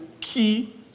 key